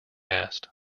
asked